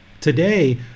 Today